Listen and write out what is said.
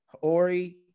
Ori